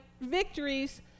victories